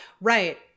Right